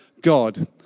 God